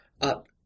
up